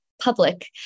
public